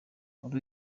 muri